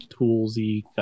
toolsy